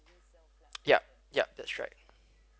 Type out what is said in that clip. yup yup that's right